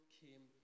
came